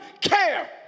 care